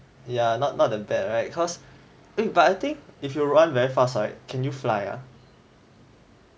yeah not not that bad right cause eh but I think if you were run very fast right can you fly ah